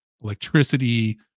electricity